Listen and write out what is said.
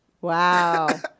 Wow